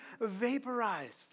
vaporized